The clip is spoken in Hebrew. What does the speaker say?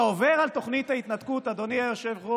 אתה עובר על תוכנית ההתנתקות, אדוני היושב-ראש,